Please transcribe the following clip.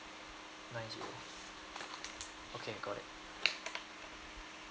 nine zero okay got it